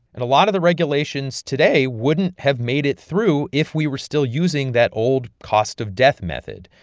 and a lot of the regulations today wouldn't have made it through if we were still using that old cost of death method.